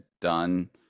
done